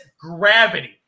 gravity